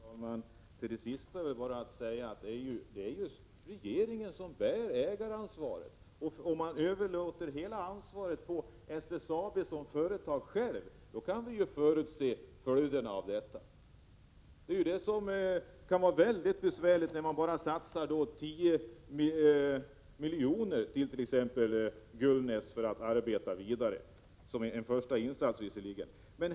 Fru talman! Beträffande det sista industriministern sade vill jag bara säga att det är regeringen som bär ansvaret. Om man överlåter hela ansvaret på SSAB kan vi förutse följderna av detta. Då kan det bli väldigt besvärligt om man bara satsar 10 miljoner — visserligen som första insats — när det gäller t.ex. Ingvar Gullnäs och det fortsatta arbetet i det sammanhanget.